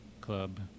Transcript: Club